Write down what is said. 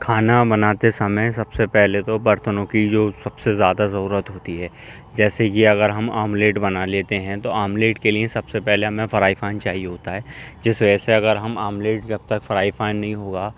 کھانا بناتے سمعے سب سے پہلے تو برتنوں کہ جو سب سے زیادہ ضرورت ہوتی ہے جیسے کہ اگر ہم آملیٹ بنا لیتے ہیں تو آملیٹ کے لیے سب سے پہلے ہمیں فرائی پین چاہیے ہوتا ہے جس وجہ سے اگر ہم آملیٹ جب تک فرائی پین نہیں ہوگا